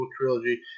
trilogy